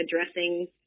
addressing